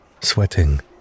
sweating